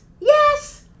yes